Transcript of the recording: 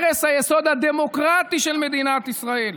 הרס היסוד הדמוקרטי של מדינת ישראל: